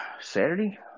Saturday